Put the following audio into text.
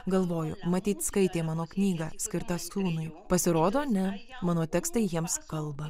galvoju matyt skaitė mano knygą skirtą sūnui pasirodo ne mano tekstai jiems kalba